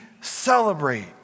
celebrate